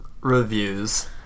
reviews